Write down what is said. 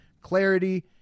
clarity